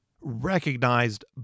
recognized